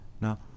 now